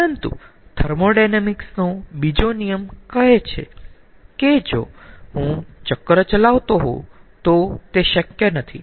પરંતુ થર્મોોડાયનેમિક્સ નો બીજો નિયમ કહે છે કે જો હું ચક્ર ચલાવતો હોઉં તો તે શક્ય નથી